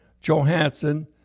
Johansson